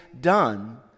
done